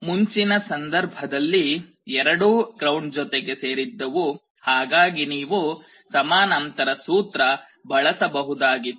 ಮುಂಚಿನ ಸಂಧರ್ಭದಲ್ಲಿ ಎರಡೂ ಗ್ರೌಂಡ್ ಜೊತೆಗೆ ಸೇರಿದ್ದವು ಹಾಗಾಗಿ ನೀವು ಸಮಾನಾಂತರ ಸೂತ್ರ ಬಳಸಬಹುದಾಗಿತ್ತು